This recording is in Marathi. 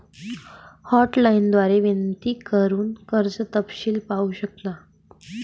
हॉटलाइन द्वारे विनंती करून कर्ज तपशील पाहू शकता